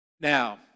Now